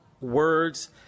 words